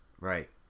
right